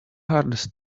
hardest